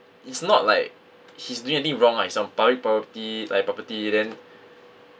it's not like he's doing anything wrong like some public property like property then